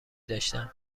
داشتن